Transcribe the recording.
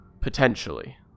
Potentially